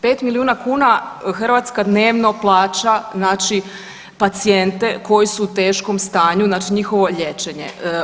5 milijuna kuna Hrvatska dnevno plaća znači pacijente koji su u teškom stanju znači njihovo liječenje.